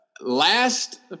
Last